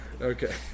Okay